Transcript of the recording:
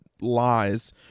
lies